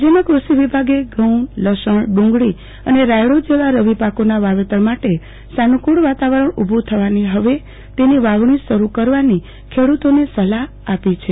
રાજયના કૃષિ વિભાગે ઘઉ લસણડુંગળી અને રાયડો જેવા રવિ પાકોના વાવેતર માટે સાનુકુળ વાતાવરણ ઉભુ થવાથી ફવે તેની વાવણી શરૂ કરવાની ખેડતોને સલાફ આપી છે